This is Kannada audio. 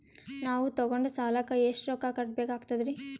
ನಾವು ತೊಗೊಂಡ ಸಾಲಕ್ಕ ಎಷ್ಟು ರೊಕ್ಕ ಕಟ್ಟಬೇಕಾಗ್ತದ್ರೀ?